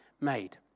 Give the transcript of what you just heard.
made